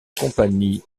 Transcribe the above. compagnie